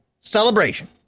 celebration